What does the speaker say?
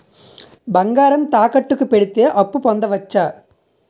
బంగారం తాకట్టు కి పెడితే అప్పు పొందవచ్చ?